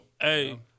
Hey